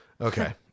Okay